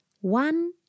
One